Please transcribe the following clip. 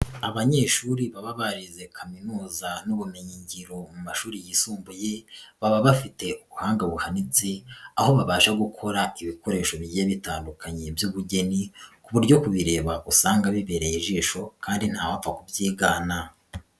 Abanyeshuri baba barize kaminuza n'ubumenyingiro mu mashuri yisumbuye, baba bafite ubuhanga buhanitse aho babasha gukora ibikoresho bigiye bitandukanye by'ubugeni, ku buryo kubireba usanga bibereye ijisho kandi ntawapfa kubyigana.